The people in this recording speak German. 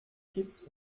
kitts